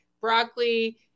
broccoli